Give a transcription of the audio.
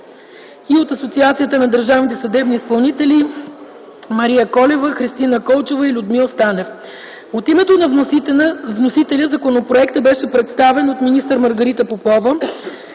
от Асоциацията на държавните съдебни изпълнители: Мария Колева, Христина Колчева и Людмил Станев. От името на вносителя законопроектът беше представен от министър Маргарита Попова.